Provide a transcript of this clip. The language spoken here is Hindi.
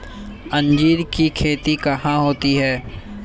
अंजीर की खेती कहाँ होती है?